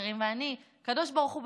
ואני: הקדוש ברוך הוא,